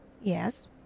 Yes